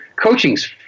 coaching's